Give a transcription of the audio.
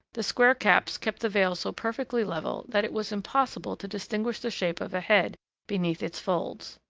the square caps kept the veil so perfectly level that it was impossible to distinguish the shape of a head beneath its folds.